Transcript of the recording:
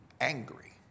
angry